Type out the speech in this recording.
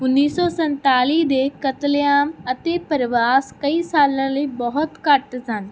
ਉਨੀ ਸੌ ਸੰਤਾਲੀ ਦੇ ਕਤਲੇਆਮ ਅਤੇ ਪਰਵਾਸ ਕਈ ਸਾਲਾਂ ਲਈ ਬਹੁਤ ਘੱਟ ਸਨ